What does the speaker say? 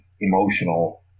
emotional